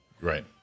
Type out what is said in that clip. Right